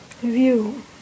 View